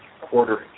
quarter